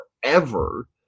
forever